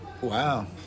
Wow